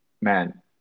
man